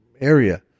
area